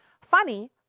Funny